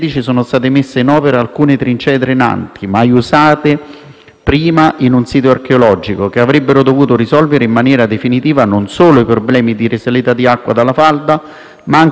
prima in un sito archeologico, che avrebbero dovuto risolvere in maniera definitiva non solo il problema della risalita di acqua dalla falda, ma anche quello dello smaltimento di acqua piovana e di scorrimento,